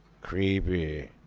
Creepy